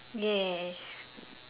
yes